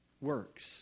works